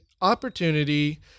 opportunity